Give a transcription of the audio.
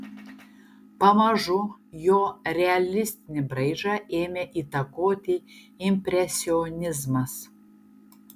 pamažu jo realistinį braižą ėmė įtakoti impresionizmas